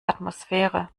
atmosphäre